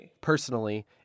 personally